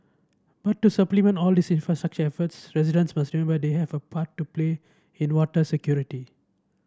but to supplement all these infrastructure efforts residents must remember they have a part to play in water security